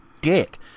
dick